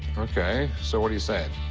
ok. so what are you saying?